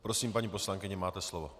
Prosím, paní poslankyně, máte slovo.